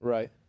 Right